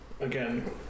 again